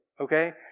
okay